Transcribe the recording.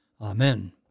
Amen